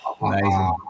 amazing